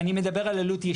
אני מדבר על עלות ישירה.